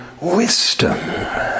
wisdom